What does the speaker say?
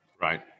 Right